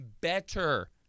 better